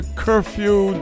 curfew